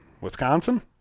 wisconsin